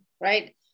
right